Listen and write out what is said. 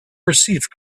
received